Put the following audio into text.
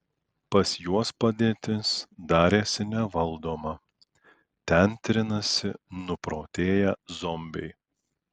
pas juos padėtis darėsi nevaldoma ten trinasi nuprotėję zombiai